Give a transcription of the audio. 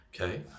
okay